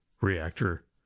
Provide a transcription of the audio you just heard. reactor